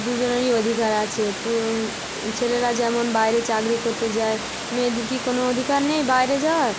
দুজনারই অধিকার আছে পু ছেলেরা যেমন বাইরে চাকরি করতে যায় মেয়েদের কী কোনো অধিকার নেই বাইরে যাওয়ার